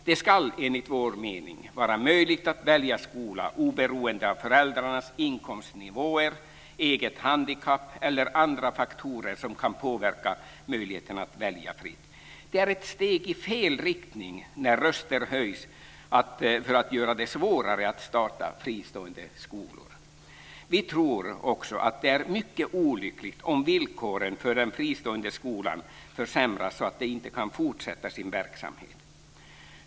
Det ska, enligt vår mening, vara möjligt att välja skola oberoende av föräldrarnas inkomstnivåer, eget handikapp eller andra faktorer som kan påverka möjligheten att välja fritt. Det är ett steg i fel riktning när röster höjs för att man ska göra det svårare att starta fristående skolor. Vi tror också att det är mycket olyckligt om villkoren för den fristående skolan försämras, så att den inte kan fortsätta sin verksamhet.